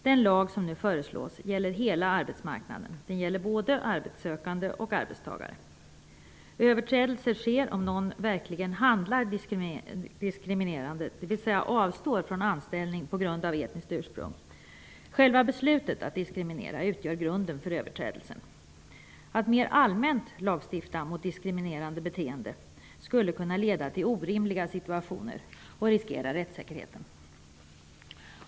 Den lag som nu föreslås gäller hela arbetsmarknaden. Den gäller både arbetssökande och arbetstagare. Överträdelse sker om någon verkligen handlar diskriminerande, dvs. på grund av någons etniska ursprung avstår från att anställa. Själva beslutet att diskriminera utgör grunden för överträdelsen. Att mer allmänt lagstifta mot diskriminerande beteende skulle kunna leda till orimliga situationer och riskera rättssäkerheten.